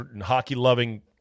hockey-loving